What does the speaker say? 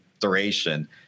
duration